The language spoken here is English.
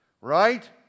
right